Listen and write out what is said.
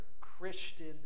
Christian